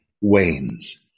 wanes